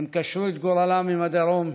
הם קשרו את גורלם עם הדרום.